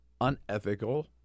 unethical